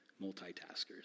multitaskers